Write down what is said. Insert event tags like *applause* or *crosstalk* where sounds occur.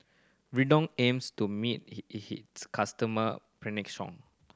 Redoxon aims to meet he his customers *unintelligible*